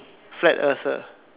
flat Earther